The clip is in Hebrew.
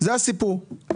זה הסיפור.